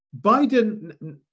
Biden